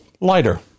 lighter